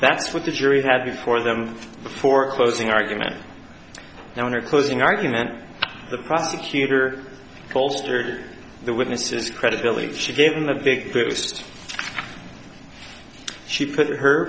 that's what the jury had before them for a closing argument now in their closing argument the prosecutor bolstered the witnesses credibility she gave him a big boost she put her